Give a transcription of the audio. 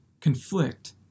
conflict